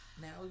Now